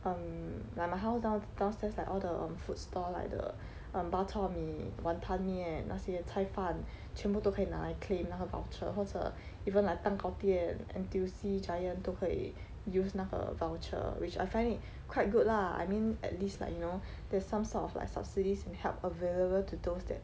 um like my house down downstairs like all the um food store like the bak chor mee wanton 面那些菜饭全部都可以拿来 claim 那个 voucher 或者 even like 蛋糕店 N_T_U_C Giant 都可以 use 那个 voucher which I find it quite good lah I mean at least like you know there's some sort of like subsidies and help available to those that